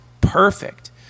perfect